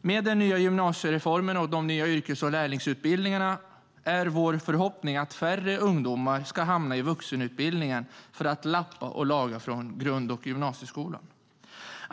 Med den nya gymnasiereformen och de nya yrkes och lärlingsutbildningarna är vår förhoppning att färre ungdomar ska hamna i vuxenutbildningen för att lappa och laga från grund och gymnasieskolan.